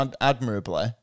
admirably